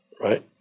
right